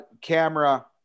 camera